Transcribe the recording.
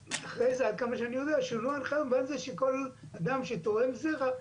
אמרו לנו שאנחנו חייבים אישור של בית משפט על מנת להשתמש בזרע.